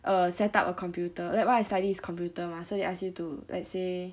err set up a computer like what I study is computer mah so they ask you to let's say